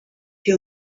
you